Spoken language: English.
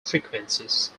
frequencies